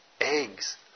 eggs